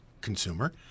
consumer